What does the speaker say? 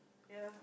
ya